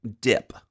dip